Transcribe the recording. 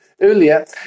earlier